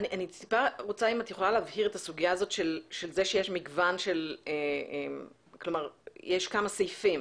תבהירי את הסוגיה הזו שישנם כמה סעיפים.